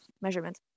measurement